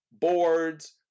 board's